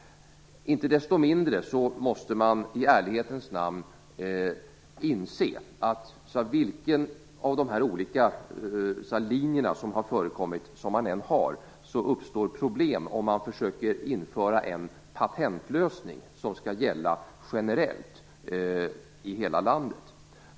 Inte desto mindre måste man i ärlighetens namn inse att det uppstår problem om man försöker införa en patentlösning som skall gälla generellt i hela landet, oavsett vilken linje man företräder.